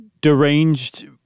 deranged